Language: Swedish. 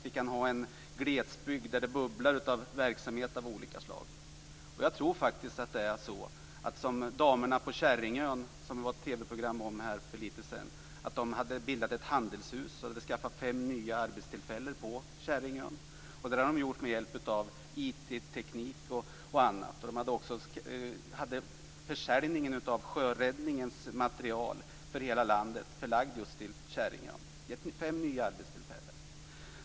Vi kan ha en glesbygd där det bubblar av verksamhet av olika slag. Jag tänker t.ex. program om för lite sedan. De hade bildat ett handelshus och åstadkommit fem nya arbetstillfällen på Kärringön, och det hade de gjort med hjälp av informationsteknik och annat. De ansvarade för "förkärrningen" av sjöräddningens material för hela landet, förlagt till just Kärringön. Det hade gett fem nya arbetstillfällen.